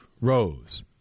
Rose